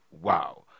Wow